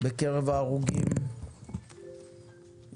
בקרב ההרוגים ילדים,